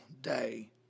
day